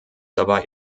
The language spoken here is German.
dabei